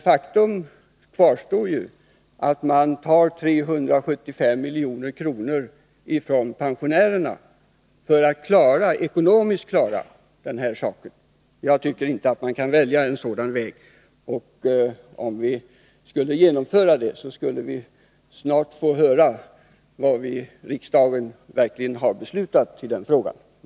Faktum kvarstår att man vill ta 375 miljoner från pensionärerna för att ekonomiskt klara saken. Jag tycker inte att man skall välja den vägen. Om vi skulle genomföra det förslaget, skulle vi snart få frågor om vad riksdagen verkligen beslutat i detta ärende.